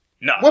No